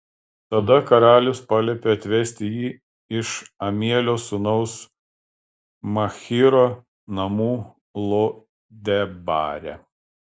tada karalius paliepė atvesti jį iš amielio sūnaus machyro namų lo debare